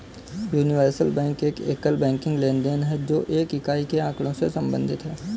universal bank एक एकल banking लेनदेन है, जो एक इकाई के आँकड़ों से संबंधित है